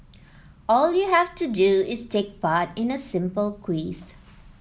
all you have to do is take part in a simple quiz